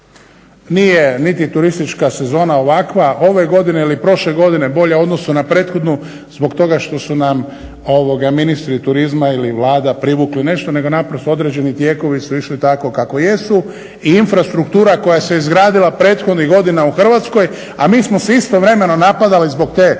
nije niti turistička sezona ovakva ove godine ili prošle godine bolja u odnosu na prethodnu zbog toga što su nam ministri turizma ili Vlada privukli nešto nego naprosto određeni tijekovi su išli tako kako jesu i infrastruktura koja se izgradila prethodnih godina u Hrvatskoj, a mi smo se istovremeno napadali zbog te